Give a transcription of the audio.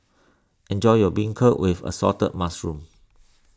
enjoy your Beancurd with Assorted Mushrooms